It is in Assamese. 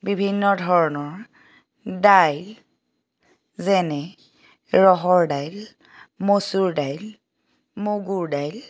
বিভিন্ন ধৰণৰ দাইল যেনে ৰহৰ দাইল মচুৰ দাইল মগুৰ দাইল